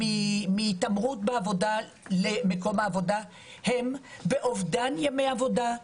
מהתעמרות במקום העבודה הם באובדן ימי עבודה,